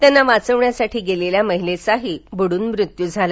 त्यांना वाचवण्यासाठी गेलेल्या महिलेचाही बुडून मृत्यू झाला